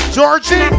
Georgie